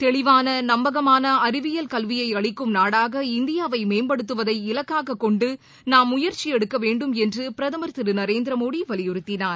தெளிவான நம்பகமான அறிவியல் கல்வியை அளிக்கும் நாடாக இந்தியாவை மேம்படுத்துவதை இலக்காக்கொண்டு நாம் முயற்சி எடுக்க வேண்டும் என்று பிரதமர் திரு நரேந்திரமோடி வலியுறுத்தினார்